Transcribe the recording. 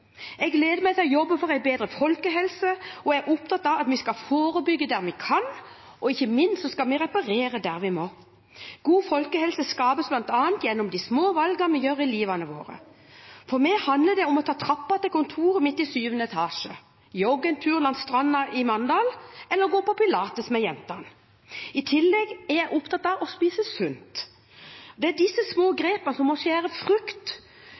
Jeg gleder meg til å jobbe for en bedre folkehelse og er opptatt av at vi skal forebygge der vi kan, og ikke minst skal vi reparere der vi må. God folkehelse skapes bl.a. gjennom de små valgene vi gjør i livene våre. For meg handler det om å ta trappa til kontoret mitt i 7. etasje, jogge en tur langs stranda i Mandal eller å gå på Pilates med jentene. I tillegg er jeg opptatt av å spise sunt. Det er de små grepene, som å skjære opp frukt